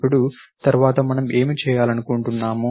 ఇప్పుడు తరువాత మనం ఏమి చేయాలనుకుంటున్నాము